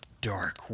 dark